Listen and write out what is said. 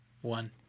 One